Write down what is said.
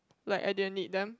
like i didn't need them